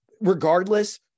Regardless